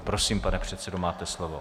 Prosím, pane předsedo, máte slovo.